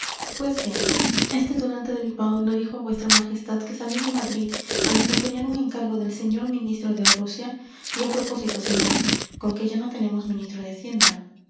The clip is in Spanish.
pues qué este tunante de pipaón no dijo a vuestra majestad que salí de madrid a desempeñar un encargo del señor ministro de rusia y a propósito señor con que ya no tenemos ministro de hacienda